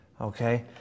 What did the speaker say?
Okay